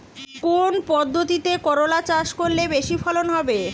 কোন পদ্ধতিতে করলা চাষ করলে বেশি ফলন হবে?